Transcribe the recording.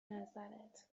نظرت